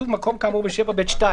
שבמקום יוצב שלט,